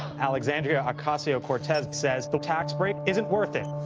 alexandria ocasio-cortez says the tax break isn't worth it.